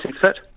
fit